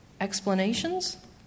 explanations